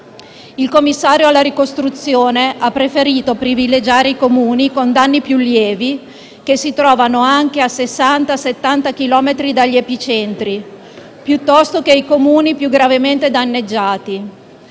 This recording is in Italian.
Il commissario alla ricostruzione ha preferito privilegiare i Comuni con danni più lievi, che si trovano anche a 60-70 chilometri dagli epicentri, piuttosto che i Comuni più gravemente danneggiati.